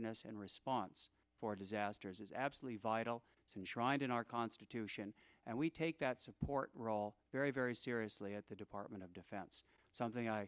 and this and response for disasters is absolutely vital to enshrined in our constitution and we take that support role very very seriously at the department of defense something i